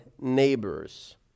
neighbors